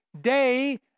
Day